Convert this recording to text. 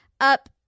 up